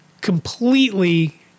completely